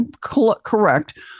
correct